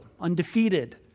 undefeated